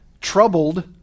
Troubled